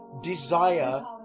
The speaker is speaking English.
desire